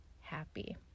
happy